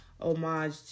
homage